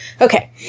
okay